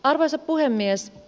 arvoisa puhemies